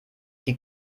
die